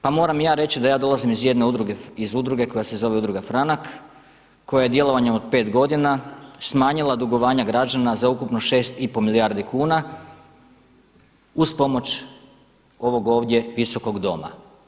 Pa moram i ja reći da ja dolazim iz jedne udruge, iz udruge koja se zove Udruga Franak koja je djelovanjem od 5 godina smanjila dugovanja građana za ukupno 6,5 milijardi kuna uz pomoć ovog ovdje Visokog doma.